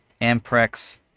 Amprex